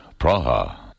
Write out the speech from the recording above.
Praha